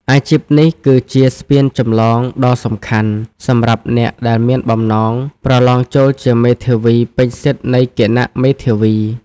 អាជីពនេះគឺជាស្ពានចម្លងដ៏សំខាន់សម្រាប់អ្នកដែលមានបំណងប្រឡងចូលជាមេធាវីពេញសិទ្ធិនៃគណៈមេធាវី។